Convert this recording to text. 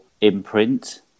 imprint